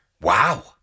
Wow